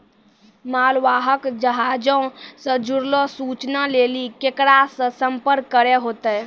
मालवाहक जहाजो से जुड़लो सूचना लेली केकरा से संपर्क करै होतै?